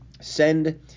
send